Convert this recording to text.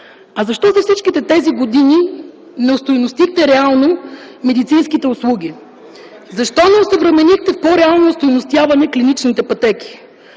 А защо за всичките тези години не остойностихте реално медицинските услуги? Защо не осъвременихте по-реално остойностяването на клиничните пътеки?